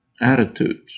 attitudes